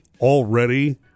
already